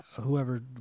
whoever